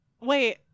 Wait